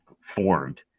formed